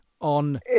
on